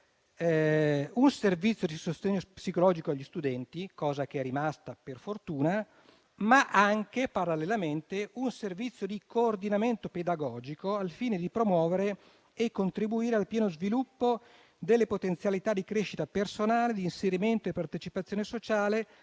un servizio di sostegno psicologico agli studenti - cosa che è rimasta per fortuna - ma anche, parallelamente, un servizio di coordinamento pedagogico, al fine di promuovere e contribuire al pieno sviluppo delle potenzialità di crescita personale, di inserimento e partecipazione sociale,